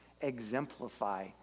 exemplify